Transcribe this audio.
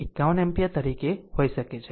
51 ampere હોઈ શકે છે